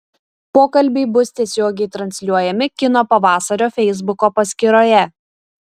pokalbiai bus tiesiogiai transliuojami kino pavasario feisbuko paskyroje